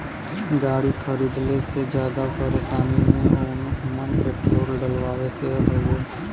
गाड़ी खरीदले से जादा परेशानी में ओमन पेट्रोल डलवावे से हउवे